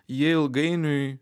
jie ilgainiui